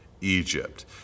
Egypt